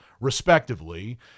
respectively